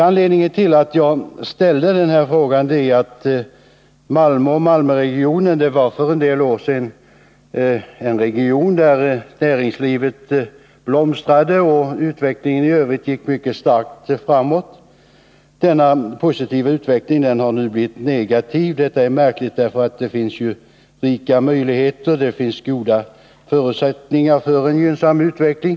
Anledningen till att jag ställt den här frågan är att Malmöregionen för en del år sedan var en region där näringslivet blomstrade och utvecklingen i Övrigt gick starkt framåt. Denna positiva utveckling har nu blivit negativ. Detta är märkligt — det finns ju rika möjligheter och goda förutsättningar för en gynnsam utveckling.